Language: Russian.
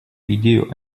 идею